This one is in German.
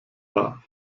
war